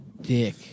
dick